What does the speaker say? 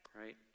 right